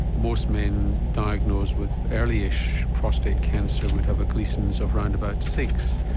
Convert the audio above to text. most men diagnosed with early-ish prostate cancer would have a gleason of around about six,